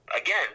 again